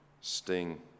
sting